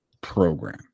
program